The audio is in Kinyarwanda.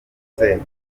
nzego